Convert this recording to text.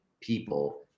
people